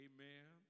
Amen